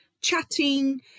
chatting